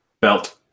Belt